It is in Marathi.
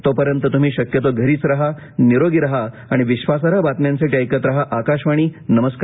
तोपर्यंत तुम्ही शक्यतो घरीच राहा निरोगी राहा आणि विश्वासार्ह बातम्यांसाठी ऐकत राहा आकाशवाणी नमस्कार